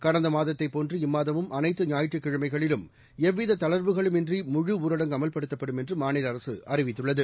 கடந்த மாதத்தைப் போன்று இம்மாதமும் அனைத்து ஞாயிற்றுக் கிழமைகளிலும் எவ்வித தளா்வுகளும் இன்றி முழுஊரடங்கு அமல்படுத்தப்படும் என்று மாநில அரசு அறிவித்துள்ளது